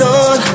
on